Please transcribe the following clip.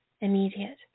immediate